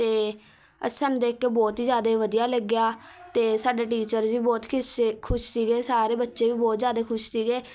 ਅਤੇ ਅਸੀਂ ਸਾਨੂੰ ਦੇਖ ਕੇ ਬਹੁਤ ਹੀ ਜ਼ਿਆਦੇ ਵਧੀਆ ਲੱਗਿਆ ਅਤੇ ਸਾਡੇ ਟੀਚਰ ਜੀ ਬਹੁਤ ਖੁਸ਼ ਸੀਗੇ ਸਾਰੇ ਬੱਚੇ ਵੀ ਬਹੁਤ ਜ਼ਿਆਦੇ ਖੁਸ਼ ਸੀਗੇ